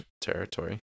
territory